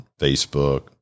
Facebook